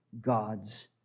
God's